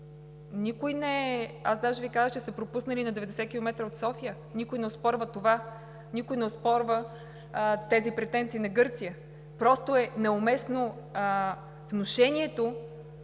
Христов, аз даже Ви казах, че сте пропуснали „на 90 км от София“. Никой не оспорва това. Никой не оспорва тези претенции на Гърция. Просто е неуместно внушението,